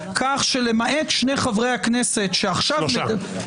כך שלמעט שני חברי הכנסת שעכשיו מדברים --- שלושה.